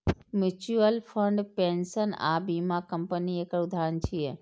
mutual fund, pension आ बीमा company एकर उदाहरण छियै